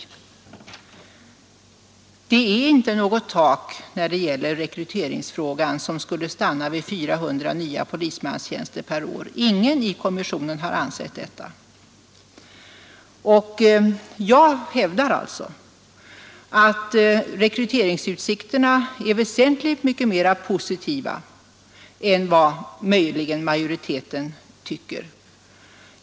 I rekryteringsfrågan har det inte satts upp något tak vid 400 nya polismannatjänster per år. Ingen i kommissionen har hävdat detta. Jag hävdar därför att rekryteringsutsikterna är väsentligt mer positiva än vad möjligen majoriteten tycker.